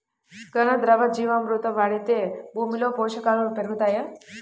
ఘన, ద్రవ జీవా మృతి వాడితే భూమిలో పోషకాలు పెరుగుతాయా?